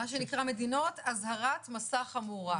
מה שנקרא מדינות אזהרת מסע חמורה.